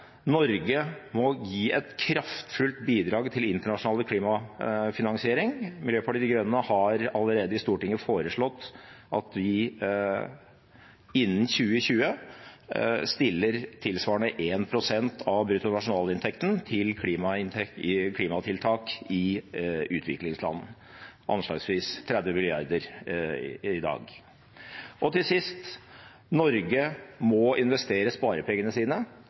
Norge må gi et kraftfullt bidrag til internasjonal klimafinansiering. Miljøpartiet De Grønne har allerede i Stortinget foreslått at vi innen 2020 stiller tilsvarende 1 pst. av bruttonasjonalinntekten til klimatiltak i utviklingsland, anslagsvis 30 mrd. kr i dag. Til sist: Norge må investere sparepengene sine